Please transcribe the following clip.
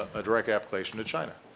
a direct application to china.